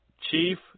Chief